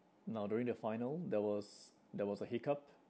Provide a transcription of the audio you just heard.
now during the final there was there was a hiccup